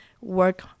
work